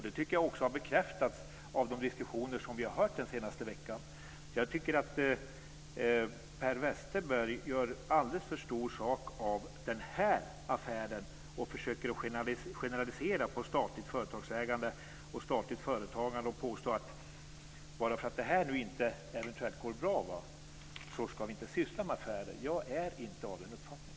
Det tycker jag också har bekräftats av de diskussioner som vi hört den senaste veckan. Jag tycker att Per Westerberg gör en alldeles för stor sak av den här affären och försöker generalisera det till att gälla allt statligt företagsägande och statligt företagande och påstår, bara därför att det här eventuellt inte går bra, att staten inte ska syssla med affärer. Jag är inte av den uppfattningen.